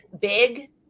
big